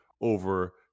over